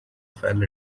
fell